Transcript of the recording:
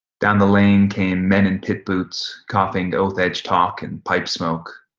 down the lane came men in pitboots coughing oath-edged talk and pipe-smoke,